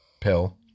pill